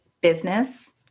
business